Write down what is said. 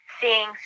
seeing